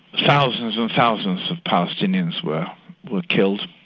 thousands and thousands of palestinians were were killed,